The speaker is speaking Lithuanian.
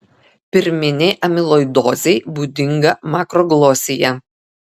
pirminei amiloidozei būdinga makroglosija